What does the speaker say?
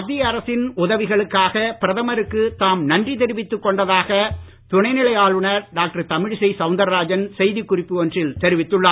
மத்திய அரசின் உதவிகளுக்காக பிரதமருக்கு தாம் நன்றி தெரிவித்துக் கொண்டதாக துணைநிலை ஆளுநர் டாக்டர் தமிழிசை சவுந்தாராஜன் செய்தி குறிப்பு ஒன்றில் தெரிவித்துள்ளார்